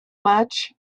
much